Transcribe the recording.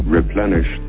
Replenish